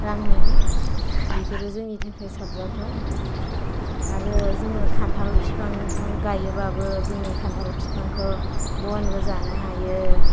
रां मोनो बेफोरो जोंनि थाखाय साबजाथाव आरो जोङो खान्थाल फिफां गायोबाबो जोङो खान्थााल फिफांखौ बनबो जानो हायो